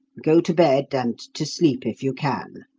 go to bed, and to sleep if you can.